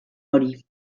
hori